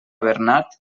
bernat